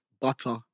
butter